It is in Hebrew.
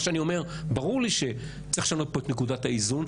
ברור לי שצריך לשנות את נקודת האיזון,